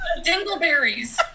Dingleberries